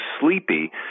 sleepy